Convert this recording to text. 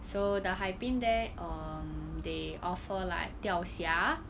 so the hai bin there um they offer like 钓虾